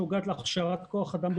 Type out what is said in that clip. שנוגעת להכשרת כוח אדם.